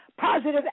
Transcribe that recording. Positive